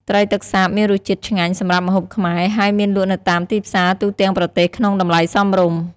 ត្រីទឹកសាបមានរស់ជាតិឆ្ងាញ់សម្រាប់ម្ហូបខ្មែរ ហើយមានលក់នៅតាមទីផ្សារទូទាំងប្រទេសក្នុងតម្លៃសមរម្យ។